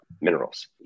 minerals